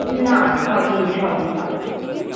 না ছ দিন ছ দিন পাঁচ রাত